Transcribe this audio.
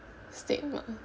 stigma